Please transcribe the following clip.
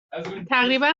تقریبا